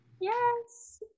Yes